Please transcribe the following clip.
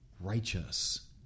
righteous